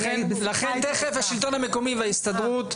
לכן תכף השלטון המקומי וההסתדרות,